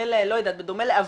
בדומה לעבדות,